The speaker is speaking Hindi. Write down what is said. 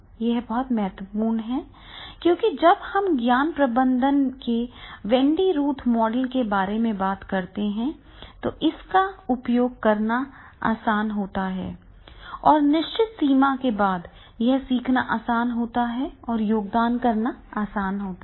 यह बहुत महत्वपूर्ण है क्योंकि जब हम ज्ञान प्रबंधन के वेंडी रूथ मॉडल के बारे में बात करते हैं तो इसका उपयोग करना आसान होता है और निश्चित सीमा के बाद यह सीखना आसान होता है और योगदान करना आसान होता है